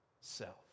self